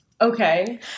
Okay